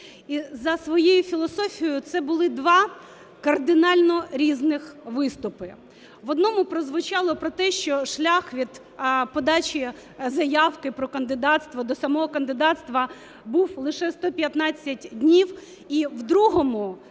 І за своєю філософією це були два кардинально різних виступи. В одному прозвучало про те, що шлях від подачі заявки про кандидатство до самого кандидатства був лише 115 днів. І в другому,